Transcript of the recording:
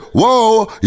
whoa